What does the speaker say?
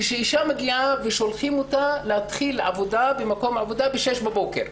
כאשר אישה מגיעה ושולחים אותה להתחיל עבודה ב-6 בבוקר.